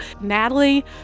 natalie